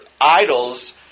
idols